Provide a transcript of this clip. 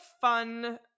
fun